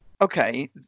okay